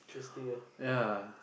intersting eh